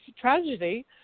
tragedy